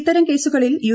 ഇത്തരം കേസുകളിൽ യു